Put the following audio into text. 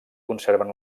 conserven